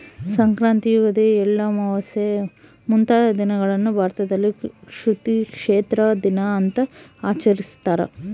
ಸಂಕ್ರಾಂತಿ ಯುಗಾದಿ ಎಳ್ಳಮಾವಾಸೆ ಮುಂತಾದ ದಿನಗಳನ್ನು ಭಾರತದಲ್ಲಿ ಕೃಷಿ ಕ್ಷೇತ್ರ ದಿನ ಅಂತ ಆಚರಿಸ್ತಾರ